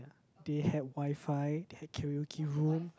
they had WiFi they had karaoke room